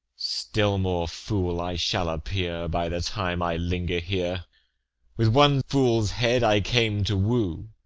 still more fool i shall appear by the time i linger here with one fool's head i came to woo,